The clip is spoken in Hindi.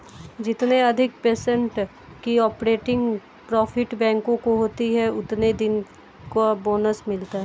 जितने अधिक पर्सेन्ट की ऑपरेटिंग प्रॉफिट बैंकों को होती हैं उतने दिन का बोनस मिलता हैं